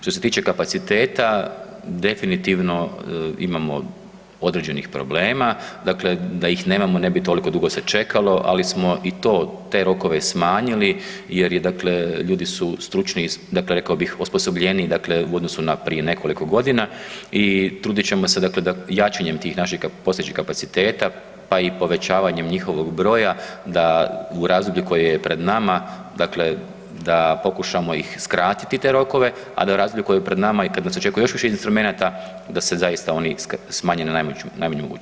Što se tiče kapaciteta definitivno imamo određenih problema, dakle da ih nemamo ne bi toliko dugo se čekalo, ali smo i te rokove smanjili jer je dakle, ljudi su stručni, dakle rekao bih osposobljeniji, dakle u odnosu na prije nekoliko godina i trudit ćemo se dakle da jačanjem tih naših postojećih kapaciteta, pa i povećavanjem njihovog broja da u razdoblju koje je pred nama, dakle da pokušamo ih skratiti te rokove, a da u razdoblju koje je pred nama i kad nas očekuje još više instrumenata da se zaista oni smanje na najmanju